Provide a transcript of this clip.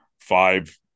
five